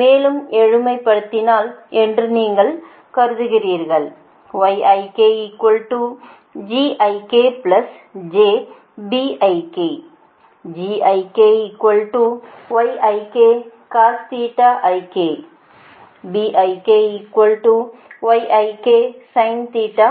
மேலும் எளிமைப்படுத்தலாம் என்று நீங்கள் கருதுகிறீர்கள்